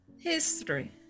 history